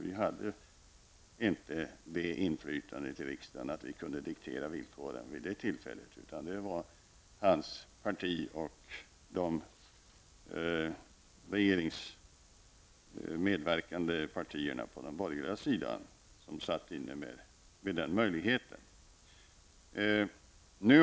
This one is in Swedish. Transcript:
Vi hade alltså inte ett sådant inflytande i riksdagen att vi kunde diktera villkoren vid det tillfället, utan det var Gunnar Björks parti och de regeringsmedverkande partierna på den borgerliga sidan som hade den möjligheten.